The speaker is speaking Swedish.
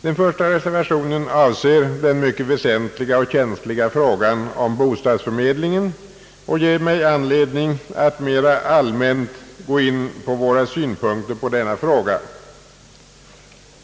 Den första reservationen avser den mycket väsentliga och känsliga frågan om bostadsförmedlingen, och ger mig anledning att mera allmänt gå in på våra synpunkter på denna fråga.